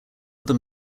them